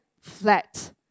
flat